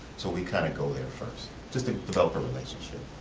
so we kind of go there first, just to develop a relationship.